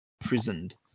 prisoned